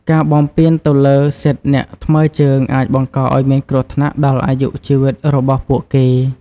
ការបំពានទៅលើសិទ្ធិអ្នកថ្មើរជើងអាចបង្កឱ្យមានគ្រោះថ្នាក់ដល់អាយុជីវិតរបស់ពួកគេ។